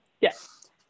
Yes